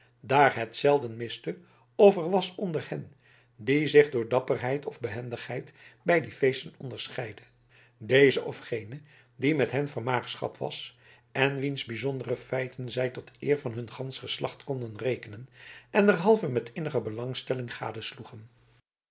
daar het zelden miste of er was onder hen die zich door dapperheid of behendigheid bij die feesten onderscheidden deze of gene die met hen vermaagschapt was en wiens bijzondere feiten zij tot eer van hun gansch geslacht konden rekenen en derhalve met innige belangstelling